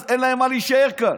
אז אין להם מה להישאר כאן.